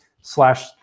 slash